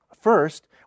First